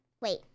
Wait